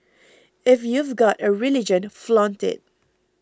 if you've got a religion flaunt it